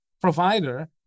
provider